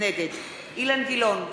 נגד אילן גילאון,